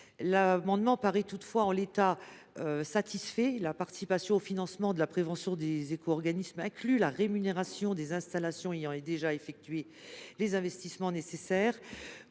L’amendement paraît toutefois satisfait. La participation au financement de la prévention des éco organismes inclut la rémunération des installations ayant déjà effectué les investissements nécessaires.